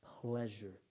pleasure